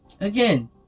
Again